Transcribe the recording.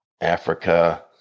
Africa